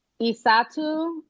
Isatu